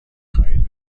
خواهید